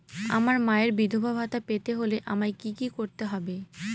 আমার মায়ের বিধবা ভাতা পেতে হলে আমায় কি কি করতে হবে?